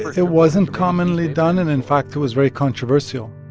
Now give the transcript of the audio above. it wasn't commonly done. and in fact, it was very controversial.